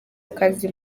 akazi